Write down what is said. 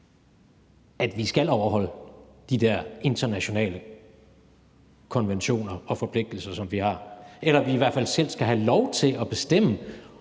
at vi skal overholde de der internationale konventioner og forpligtelser, som vi har, eller at vi i hvert fald selv skal have lov til at bestemme,